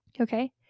Okay